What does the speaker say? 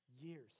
years